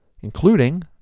including